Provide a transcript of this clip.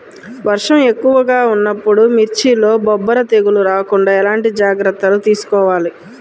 వర్షం ఎక్కువగా ఉన్నప్పుడు మిర్చిలో బొబ్బర తెగులు రాకుండా ఎలాంటి జాగ్రత్తలు తీసుకోవాలి?